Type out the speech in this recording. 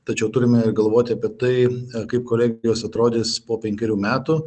tačiau turime galvoti apie tai kaip kuria jos atrodys po penkerių metų